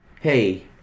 hey